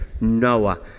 Noah